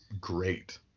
great